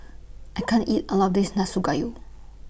I can't eat All of This Nanakusa Gayu